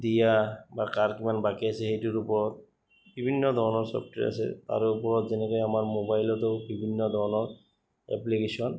দিয়া বা কাৰ কিমান বাকী আছে সেইটোৰ ওপৰত বিভিন্ন ধৰণৰ ছফ্টৱেৰ আছে তাৰ ওপৰত যেনেকে আমাৰ মোবাইলতেো বিভিন্ন ধৰণৰ এপ্লিকেশ্যন